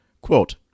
Quote